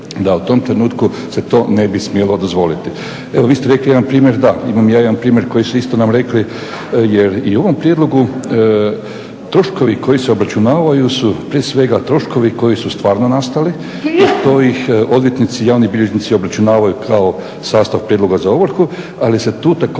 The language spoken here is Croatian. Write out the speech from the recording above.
da u tom trenutku se to ne bi smjelo dozvoliti. Evo vi ste rekli jedan primjer. Da, imam ja jedan primjer koji su isto nam rekli jer i u ovom prijedlogu troškovi koji se obračunavaju su prije svega troškovi koji su stvarno nastali i to ih odvjetnici i javni bilježnici obračunavaju kao sastav prijedloga za ovrhu. Ali se tu također